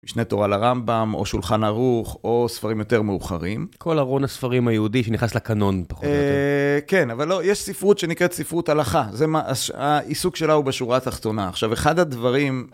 משנה תורה לרמב״ם, או שולחן ארוך, או ספרים יותר מאוחרים. כל ארון הספרים היהודי שנכנס לקנון, פחות או יותר. כן, אבל יש ספרות שנקראת ספרות הלכה, העיסוק שלה הוא בשורה התחתונה. עכשיו, אחד הדברים...